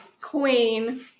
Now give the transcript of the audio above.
Queen